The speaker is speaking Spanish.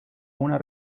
una